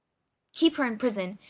keep her in prison,